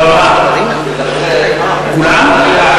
החוק, כולם?